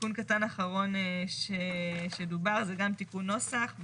תיקון קטן אחרון שדובר זה גם תיקון נוסח,